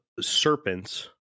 serpents